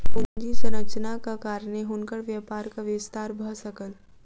पूंजी संरचनाक कारणेँ हुनकर व्यापारक विस्तार भ सकल